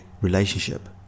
relationship